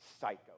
psycho